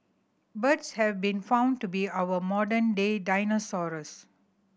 birds have been found to be our modern day dinosaurs